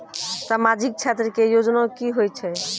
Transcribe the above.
समाजिक क्षेत्र के योजना की होय छै?